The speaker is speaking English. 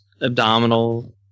abdominal